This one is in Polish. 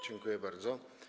Dziękuję bardzo.